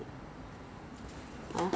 but 有些很 cute ah 有些他们会放